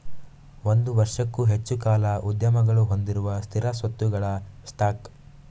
ಒಂದು ವರ್ಷಕ್ಕೂ ಹೆಚ್ಚು ಕಾಲ ಉದ್ಯಮಗಳು ಹೊಂದಿರುವ ಸ್ಥಿರ ಸ್ವತ್ತುಗಳ ಸ್ಟಾಕ್